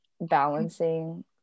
balancing